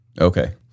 Okay